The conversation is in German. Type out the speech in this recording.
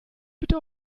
bitte